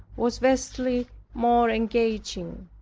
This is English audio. was vastly more engaging.